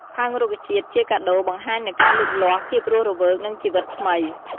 ផើងរុក្ខជាតិជាកាដូ បង្ហាញនូវការលូតលាស់ ភាពរស់រវើក និង ជីវិតថ្មី។